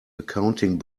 accounting